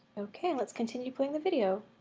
okay. let continue playing the video.